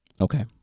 Okay